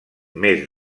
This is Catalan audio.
més